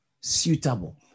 Suitable